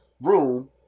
room